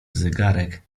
zegarek